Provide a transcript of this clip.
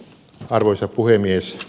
arvoisa puhemies